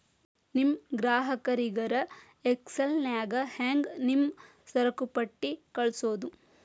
ನಿಮ್ ಗ್ರಾಹಕರಿಗರ ಎಕ್ಸೆಲ್ ನ್ಯಾಗ ಹೆಂಗ್ ನಿಮ್ಮ ಸರಕುಪಟ್ಟಿ ಕಳ್ಸೋದು?